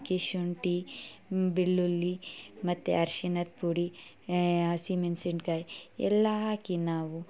ಅದಕ್ಕೆ ಶುಂಠಿ ಬೆಳ್ಳುಳ್ಳಿ ಮತ್ತೆ ಅರ್ಶಿನದ ಪುಡಿ ಹಸಿಮೆಣ್ಸಿನ ಕಾಯಿ ಎಲ್ಲ ಹಾಕಿ ನಾವು